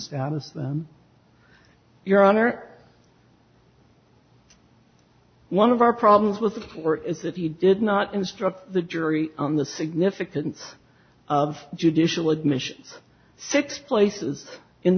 status them your honor one of our problems with the four it's if you did not instruct the jury on the significance of judicial admission six